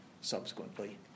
subsequently